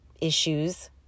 issues